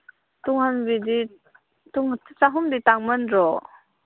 ꯇꯨꯡꯍꯟꯕꯤꯗꯤ ꯆꯍꯨꯝꯗꯤ ꯇꯥꯡꯃꯟꯗ꯭ꯔꯣ